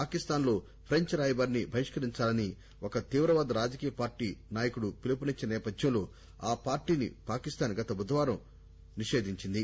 పాకిస్టాన్ లో ఫ్రెంచ్ రాయబారిని బహిష్కరించాలని ఒక తీవ్రవాద రాజకీయ పార్టీ నాయకుడు పిలుపునిచ్చిన సేపథ్యంలో ఆ పార్టీని పాకిస్థాన్ గత బుధవారం రోజు నిషేదించింది